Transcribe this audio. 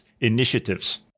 initiatives